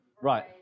right